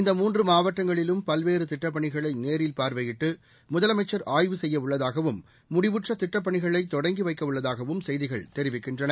இந்த மூன்று மாவட்டங்களிலும் பல்வேறு திட்டப் பணிகளை நேரில் பார்வையிட்டு முதலமைச்சர் ஆய்வு செய்யவுள்ளதாகவும் முடிவுற்ற திட்டப் பணிகளை தொடங்கி வைக்கவுள்ளதாகவும் செய்திகள் தெரிவிக்கின்றன